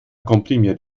komprimiert